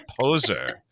poser